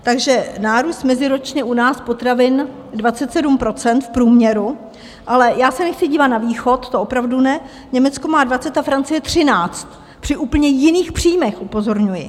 Takže nárůst meziročně u nás potravin 27 % v průměru, ale já se nechci dívat na východ, to opravdu ne Německo má 20 a Francie 13 při úplně jiných příjmech, upozorňuji.